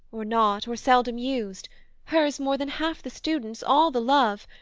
or not, or seldom used hers more than half the students, all the love.